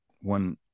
one